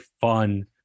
fun